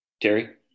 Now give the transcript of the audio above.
Terry